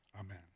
amen